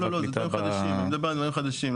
לא אני מדבר על דברים חדשים.